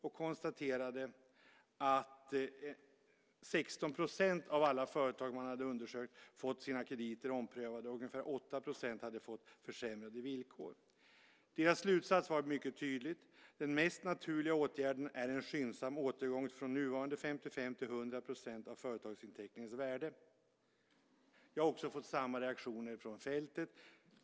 Där konstaterade man att 16 % av alla företag man hade undersökt hade fått sina krediter omprövade och ungefär 8 % hade fått försämrade villkor. Deras slutsats var mycket tydlig. Den mest naturliga åtgärden är en skyndsam återgång från nuvarande 55 till 100 % av företagsinteckningens värde. Jag har också fått samma reaktioner från fältet.